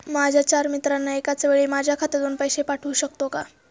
माझ्या चार मित्रांना एकाचवेळी माझ्या खात्यातून पैसे पाठवू शकतो का?